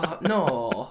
No